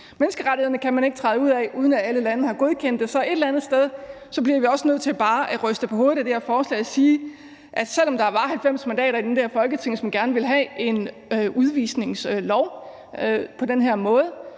Menneskerettighederne kan man ikke træde ud af, uden at alle lande har godkendt det, så et eller andet sted bliver vi også nødt til bare at ryste på hovedet af det her lovforslag og sige, at selv om der var 90 mandater i det her Folketing, som gerne ville have en udvisningslov på den her måde,